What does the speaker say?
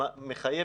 שמחייב,